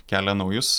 kelia naujus